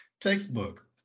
textbook